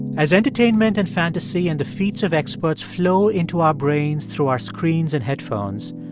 as entertainment and fantasy and the feats of experts flow into our brains through our screens and headphones,